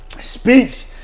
speech